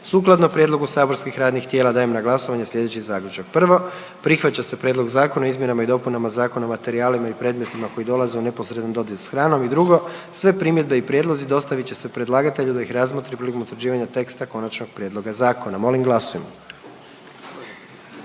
Sukladno prijedlogu saborskih radnih tijela dajem na glasovanje slijedeći Zaključak. Prvo, prihvaća se Prijedlog Zakona o izmjenama i dopunama Zakona o materijalima i predmetima koji dolaze u neposredan dodir s hranom i drugo, sve primjedbe i prijedlozi dostavit će se predlagatelju da ih razmotri prilikom utvrđivanja teksta konačnog prijedloga zakona. Molim glasujmo.